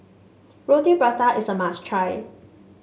Roti Prata is a must try